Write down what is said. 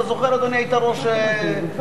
אתה זוכר, אדוני, היית ראש מועצה.